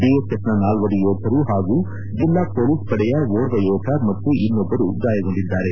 ಬಿಎಸ್ಎಫ್ನ ನಾಲ್ವರು ಯೋಧರು ಹಾಗೂ ಜಿಲ್ಲಾ ಪೊಲೀಸ್ ಪಡೆಯ ಓರ್ವ ಯೋಧ ಮತ್ತು ಇನ್ನೊಬ್ಲರು ಗಾಯಗೊಂಡಿದ್ದಾರೆ